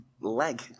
leg